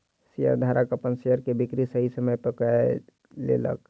शेयरधारक अपन शेयर के बिक्री सही समय पर कय लेलक